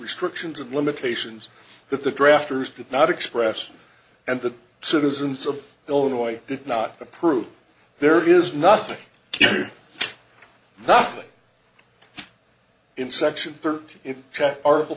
restrictions and limitations that the drafters did not express and the citizens of illinois did not approve there is nothing nothing in section thirty in article